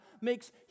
makes